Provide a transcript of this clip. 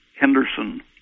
Henderson